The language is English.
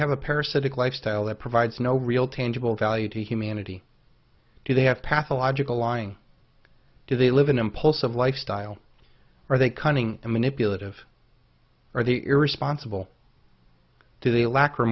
have a parasitic lifestyle that provides no real tangible value to humanity do they have pathological lying do they live an impulsive lifestyle are they cunning and manipulative are the irresponsible do they lack re